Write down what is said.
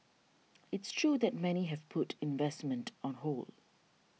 it's true that many have put investment on hold